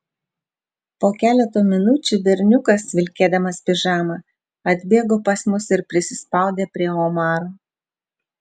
po keleto minučių berniukas vilkėdamas pižamą atbėgo pas mus ir prisispaudė prie omaro